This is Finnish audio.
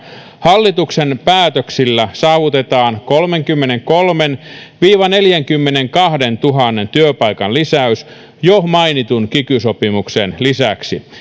hallituksen päätöksillä saavutetaan kolmenkymmenenkolmentuhannen viiva neljänkymmenenkahdentuhannen työpaikan lisäys jo mainitun kiky sopimuksen lisäksi